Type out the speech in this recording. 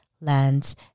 lands